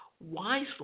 wisely